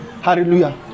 Hallelujah